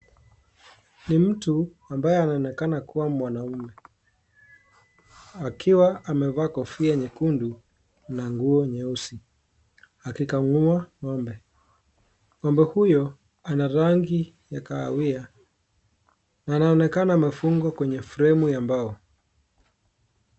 Ni mtu ambaye anaonekana kubwa mwanaume. Akiwa amevaa kofia nyekundu na nguo nyeusi. Akikamua ng'ombe. Ng'ombe huyo ana rangi ya kahawia. Na anaonekana amefungwa kwenye fremu ya mbao.